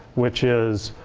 which is,